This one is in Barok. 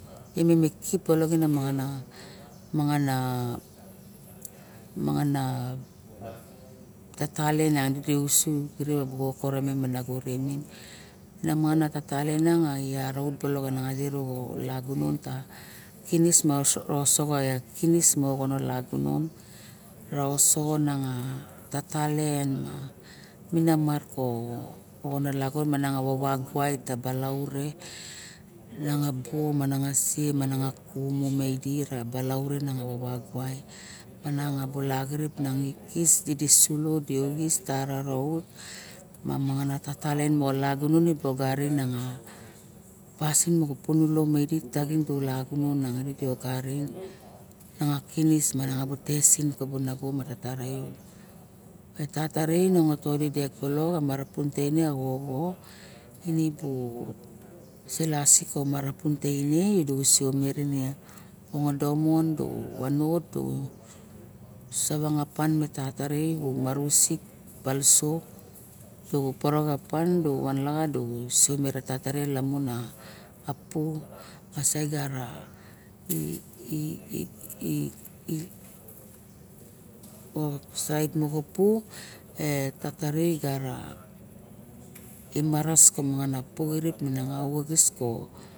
Imen mi kip balok ana mangana tata liendi usu kirip arakoko revime me nago ravimem nangana tatalien niang i varaut balok ulagunon kinis ma osexo una na tatalien ma minamako oxon a lagunon ma vava buo masiel idi dioxos di sulo ma mangan na kain talien moxa lagunon mibu ogarim miaing me tata re toni dek balok marapin teine xoxo eselasi savang a pana me i donom du van laxa xataun ma ma pon ma segar sait moxapu etata i malas kar mangan ma talien mana malas pu